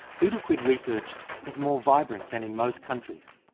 betel quid research is more vibrant than in most countries,